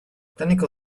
clinical